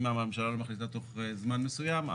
אם הממשלה לא מחליטה תוך זמן מסוים,